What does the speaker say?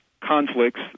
conflicts